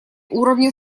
уровня